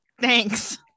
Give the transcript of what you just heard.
thanks